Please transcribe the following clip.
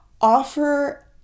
offer